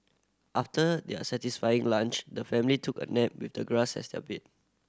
after their satisfying lunch the family took a nap with the grass as their bed